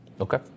Okay